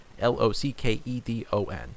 L-O-C-K-E-D-O-N